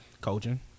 Coaching